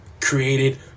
created